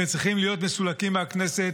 והם צריכים להיות מסולקים מהכנסת,